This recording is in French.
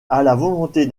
volonté